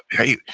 hey,